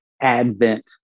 advent